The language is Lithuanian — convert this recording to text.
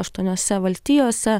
aštuoniose valstijose